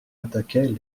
attaquaient